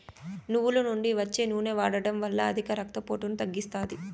నువ్వుల నుండి వచ్చే నూనె వాడడం వల్ల అధిక రక్త పోటును తగ్గిస్తాది